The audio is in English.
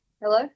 hello